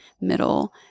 middle